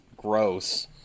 gross